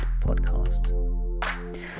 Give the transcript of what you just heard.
podcasts